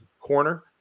corner